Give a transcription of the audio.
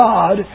God